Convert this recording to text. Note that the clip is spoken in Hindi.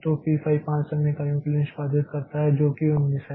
तो पी 5 5 समय इकाइयों के लिए निष्पादित करता है जो कि 19 है